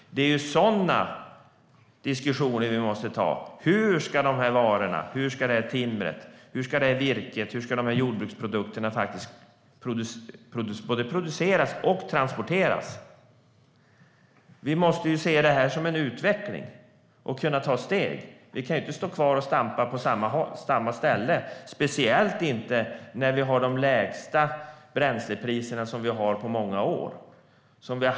Det är sådana diskussioner som vi måste ta. Hur ska de här varorna, det här timret, det här virket, de här jordbruksprodukterna både produceras och transporteras? Vi måste se detta som en utveckling och kunna ta steg framåt. Vi kan inte stå kvar och stampa på samma ställe, speciellt inte när vi har de lägsta bränslepriserna på många år.